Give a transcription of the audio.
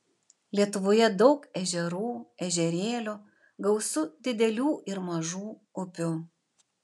lietuvoje daug ežerų ežerėlių gausu didelių ir mažų upių